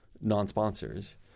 non-sponsors